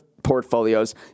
portfolios